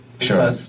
Sure